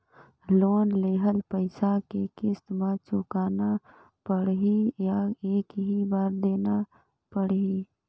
Loan लेहल पइसा के किस्त म चुकाना पढ़ही या एक ही बार देना पढ़ही?